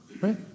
Right